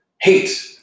Hate